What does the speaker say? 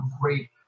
great